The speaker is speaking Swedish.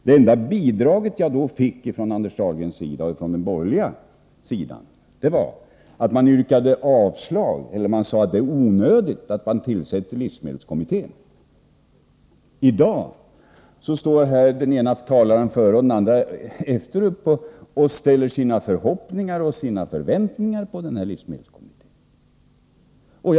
Det enda bidrag jag fick från Anders Dahlgren och den borgerliga sidan var att man yrkade avslag. Man sade att det var onödigt att tillsätta livsmedelskommittén. I dag ställer den ena talaren efter den andra sina förhoppningar på och sina förväntningar till livsmedelskommittén.